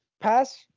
pass